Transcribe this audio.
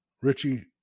Richie